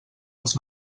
els